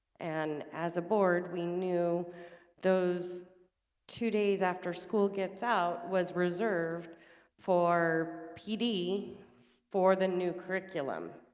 and as a board, we knew those two days after school gets out was reserved for pd for the new curriculum